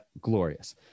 Glorious